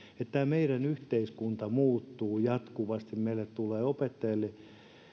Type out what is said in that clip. että tämä meidän yhteiskuntamme muuttuu jatkuvasti meillä tulee opettajille